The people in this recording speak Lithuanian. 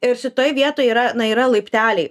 ir šitoj vietoj yra na yra laipteliai